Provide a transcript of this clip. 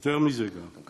היות